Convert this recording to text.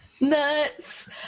Nuts